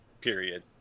period